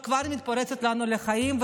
וכבר מתפרצת לנו לחיים,